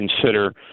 consider